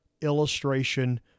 illustration